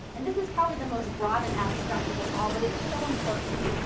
and this is probably the most broad and abstract of them all. but it's so important.